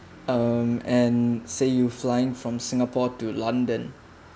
um and say you flying from singapore to london